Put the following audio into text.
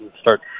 start